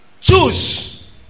choose